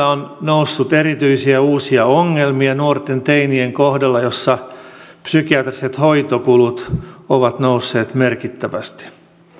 on noussut erityisiä uusia ongelmia nuorten teinien kohdalla joiden psykiatriset hoitokulut ovat nousseet merkittävästi